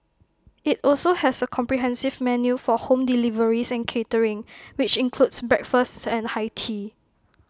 IT also has A comprehensive menu for home deliveries and catering which includes breakfast and high tea